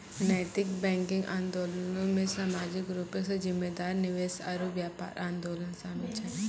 नैतिक बैंकिंग आंदोलनो मे समाजिक रूपो से जिम्मेदार निवेश आरु व्यापार आंदोलन शामिल छै